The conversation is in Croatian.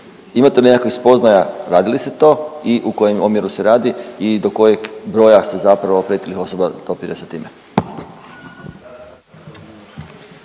Imate nekakvih spoznaja radi li se to i u kojem omjeru se radi i do kojeg broja se zapravo pretilih osoba dopire sa time?